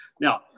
Now